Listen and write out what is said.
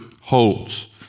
holds